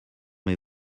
mes